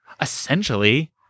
essentially